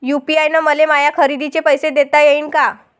UPI न मले माया खरेदीचे पैसे देता येईन का?